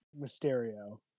Mysterio